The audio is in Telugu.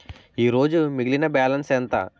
ఈరోజు మిగిలిన బ్యాలెన్స్ ఎంత?